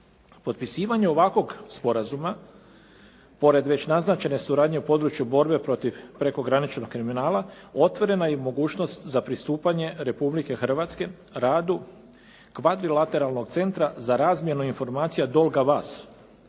Potpisivanje ovakvog sporazuma pored već naznačene suradnje u području borbe protiv prekograničnog kriminala otvorena je i mogućnost za pristupanje Republike Hrvatske radu kvadrilateralnog centra za razmjenu informacija “Dolga vas“